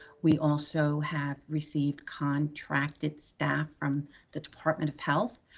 we also have received contracted staff from the department of health.